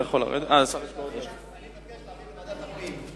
אני מבקש להעביר את זה לוועדת הפנים.